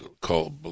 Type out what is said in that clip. call